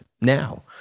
now